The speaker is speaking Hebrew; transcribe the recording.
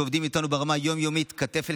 שעובדים איתנו ברמה יום-יומית כתף אל